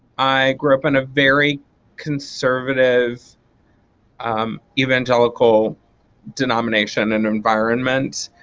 i grew up in a very conservative um evangelical denomination and environment.